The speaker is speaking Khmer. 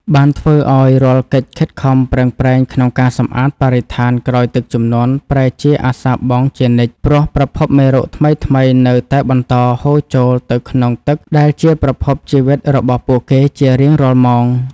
បានធ្វើឱ្យរាល់កិច្ចខិតខំប្រឹងប្រែងក្នុងការសម្អាតបរិស្ថានក្រោយទឹកជំនន់ប្រែជាអសារបង់ជានិច្ច ព្រោះប្រភពមេរោគថ្មីៗនៅតែបន្តហូរចូលទៅក្នុងទឹកដែលជាប្រភពជីវិតរបស់ពួកគេជារៀងរាល់ម៉ោង។